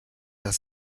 das